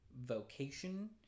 vocation